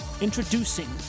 Introducing